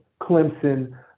Clemson